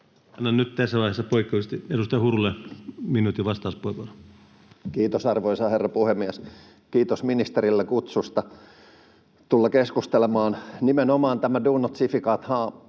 Annan nyt tässä vaiheessa poikkeuksellisesti edustaja Hurulle minuutin vastauspuheenvuoron. Kiitos, arvoisa herra puhemies! Kiitos ministerille kutsusta tulla keskustelemaan. Nimenomaan tämä do no significant harm,